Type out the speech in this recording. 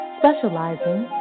specializing